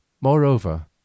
moreover